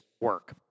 work